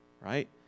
Right